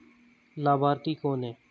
लाभार्थी कौन है?